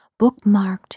bookmarked